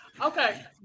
Okay